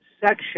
section